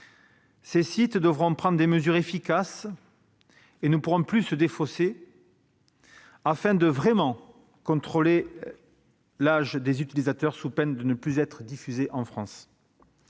Ces sites devront prendre des mesures efficaces et ne pourront plus se défausser ; ils devront vraiment contrôler l'âge des utilisateurs, sous peine de ne plus être diffusés en France.